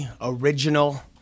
original